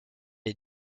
est